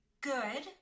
good